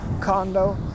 condo